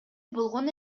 болгон